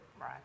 Right